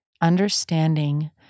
Understanding